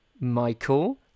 Michael